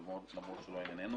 למרות שהוא לא ענייננו.